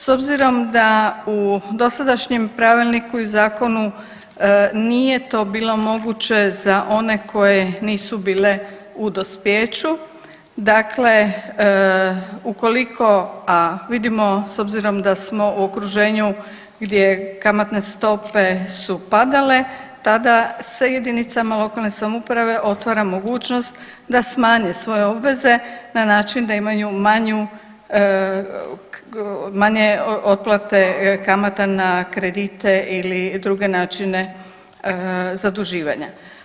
S obzirom da u dosadašnjem pravilniku i zakonu nije to bilo moguće za one koje nisu bile u dospijeću, dakle ukoliko, a vidimo s obzirom da smo u okruženju gdje kamatne stope su padale tada se jedinicama lokalne samouprave otvara mogućnost da smanje svoje obveze na način da imaju manje otplate kamata na kredite ili druge načine zaduživanja.